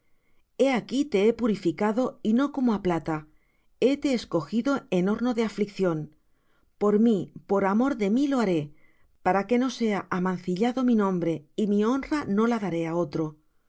he aquí te he purificado y no como á plata hete escogido en horno de aflicción por mí por amor de mí lo haré para que no sea amancillado mi nombre y mi honra no la daré á otro